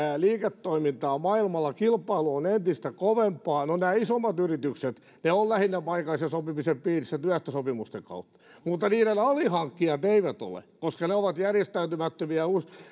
liiketoimintaa maailmalla ja kilpailu on entistä kovempaa no isommat yritykset ovat lähinnä paikallisen sopimisen piirissä työehtosopimusten kautta mutta niiden alihankkijat eivät ole koska ne ovat järjestäytymättömiä